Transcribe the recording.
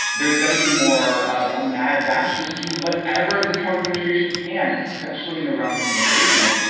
there's going to be more of a mad dash just do whatever the trump administration can, especially in the realm of immigration.